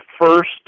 first